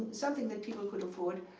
something that people could afford.